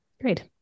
Great